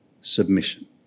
submission